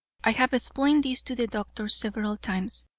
i have explained this to the doctors several times,